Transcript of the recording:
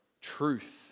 truth